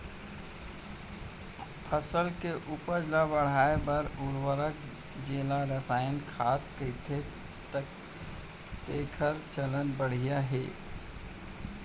फसल के उपज ल बढ़ाए बर उरवरक जेला रसायनिक खाद कथें तेकर चलन बाढ़िस हे